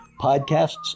podcasts